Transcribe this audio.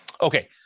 Okay